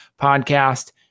podcast